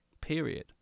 Period